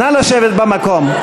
נא לשבת במקום.